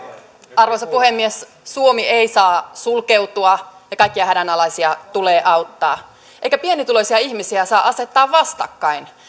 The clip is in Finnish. arvoisa puhemies suomi ei saa sulkeutua ja kaikkia hädänalaisia tulee auttaa eikä pienituloisia ihmisiä saa asettaa vastakkain